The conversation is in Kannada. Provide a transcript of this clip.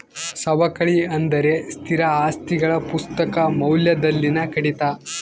ಸವಕಳಿ ಎಂದರೆ ಸ್ಥಿರ ಆಸ್ತಿಗಳ ಪುಸ್ತಕ ಮೌಲ್ಯದಲ್ಲಿನ ಕಡಿತ